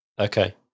okay